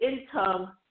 income